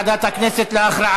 אז זה עובר לוועדת הכנסת להכרעה.